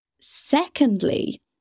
Secondly